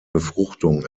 befruchtung